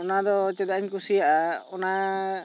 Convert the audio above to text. ᱚᱱᱟ ᱫᱚ ᱪᱮᱫᱟᱜ ᱤᱧ ᱠᱩᱥᱤᱭᱟᱜ ᱟ ᱚᱱᱟ